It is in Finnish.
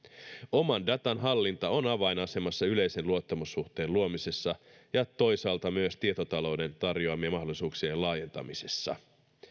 oman datan hallinta on avainasemassa yleisen luottamussuhteen luomisessa ja toisaalta myös tietotalouden tarjoamien mahdollisuuksien laajentamisessa